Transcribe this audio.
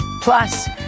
Plus